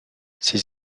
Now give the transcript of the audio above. ses